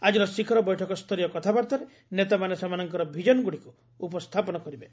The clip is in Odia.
ଆଜିର ଶିଖର ବୈଠକସ୍ତରୀୟ କଥାବାର୍ତ୍ତାରେ ନେତାମାନେ ସେମାନଙ୍କର ଭିଜନଗୁଡ଼ିକୁ ଉପସ୍ଥାପନ କରିବେ